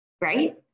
right